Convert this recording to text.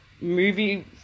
movie